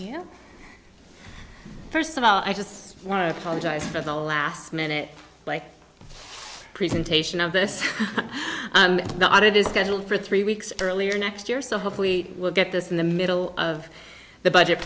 report first of all i just want to apologize for the last minute like presentation of this and that it is scheduled for three weeks earlier next year so hopefully we'll get this in the middle of the budget